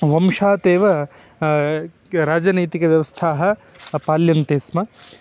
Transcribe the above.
वंशात् एव राजनैतिकव्यवस्थां पाल्यन्ते स्म